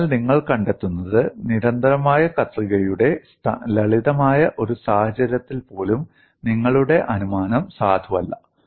അതിനാൽ നിങ്ങൾ കണ്ടെത്തുന്നത് നിരന്തരമായ കത്രികയുടെ ലളിതമായ ഒരു സാഹചര്യത്തിൽ പോലും നിങ്ങളുടെ അനുമാനം സാധുവല്ല